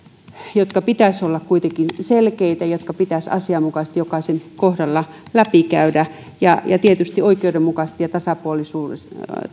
joiden pitäisi olla kuitenkin selkeitä jotka pitäisi asianmukaisesti jokaisen kohdalla läpikäydä ja ja tietysti pitäisi oikeudenmukaisesti ja tasapuolisesti